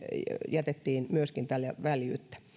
jätettiin myöskin väljyyttä